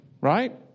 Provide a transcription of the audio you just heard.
Right